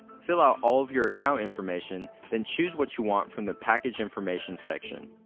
fill out all of your account information, then choose what you want from the package information section.